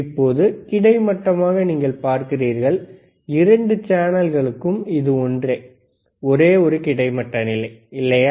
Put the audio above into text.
இப்போது கிடைமட்டமாக நீங்கள் பார்க்கிறீர்கள் இரண்டு சேனல்களுக்கும் இது ஒன்றே ஒரே ஒரு கிடைமட்ட நிலை இல்லையா